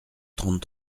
trente